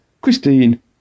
Christine